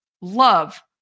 love